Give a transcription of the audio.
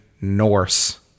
Norse